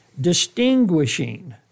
Distinguishing